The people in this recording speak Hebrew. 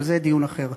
אבל זה דיון אחר.